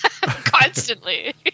Constantly